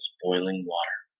boiling water